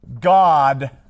God